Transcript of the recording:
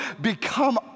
become